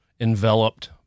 enveloped